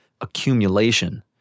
accumulation